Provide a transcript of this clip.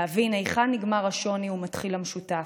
להבין היכן נגמר השוני ומתחיל המשותף.